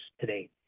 today